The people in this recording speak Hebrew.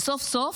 וסוף-סוף,